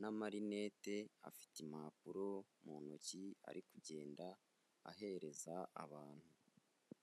n'amarinete, afite impapuro mu ntoki ari kugenda ahereza abantu.